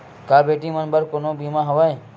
का बेटी मन बर कोनो बीमा हवय?